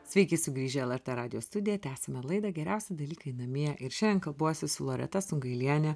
sveiki sugrįžę į lrt radijo studiją tęsiame laidą geriausi dalykai namie ir šiandien kalbuosi su loreta sungailiene